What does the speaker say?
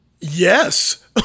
Yes